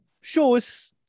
shows